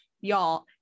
y'all